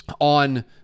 on –